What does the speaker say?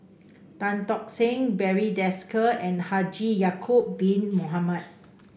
Tan Tock Seng Barry Desker and Haji Ya'acob Bin Mohamed